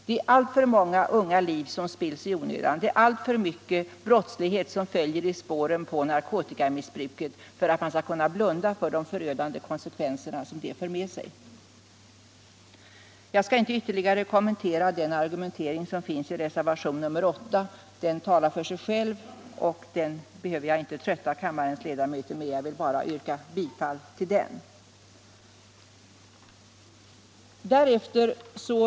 Det är alltför många unga liv som spills i onödan och det är alltför mycken brottslighet som följer i spåren på narkotikamissbruk för att man skall kunna blunda för de förödande konsekvenser som detta för med sig. Jag skall inte ytterligare kommentera den argumentering som finns i reservationen 8 — den talar för sig själv, så den behöver jag inte trötta kammarens ledamöter med — utan jag vill bara yrka bifall till denna reservation 8.